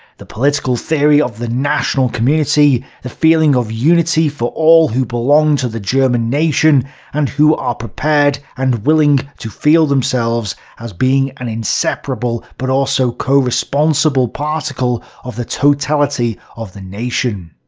the political theory of the national community, the feeling of unity of all who belong to the german nation and who are prepared and willing to feel themselves as being an inseparable but also co-responsibile particle of the totality of the nation.